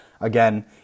again